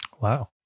Wow